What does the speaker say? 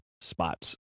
spots